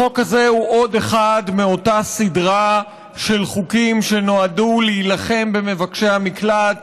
החוק הזה הוא עוד אחד מאותה סדרה של חוקים שנועדו להילחם במבקשי המקלט,